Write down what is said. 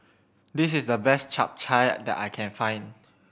this is the best Chap Chai that I can find